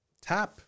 Tap